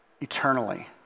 eternally